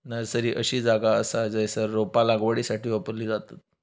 nursery अशी जागा असा जयसर रोपा लागवडीसाठी वापरली जातत